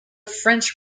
french